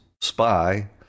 spy